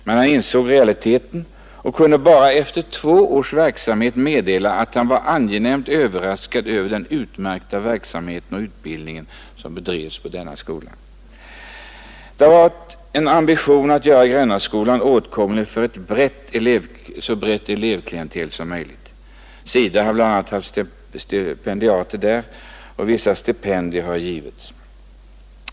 Men han insåg realiteten och kunde efter bara två års verksamhet meddela att han var angenämt överraskad över den utmärkta verksamhet och utbildning som bedrevs på denna skola. Det har varit en ambition att göra Grännaskolan åtkomlig för ett så brett elevklientel som möjligt. SIDA har bl.a. haft stipendiater där, och vissa andra stipendier har givits.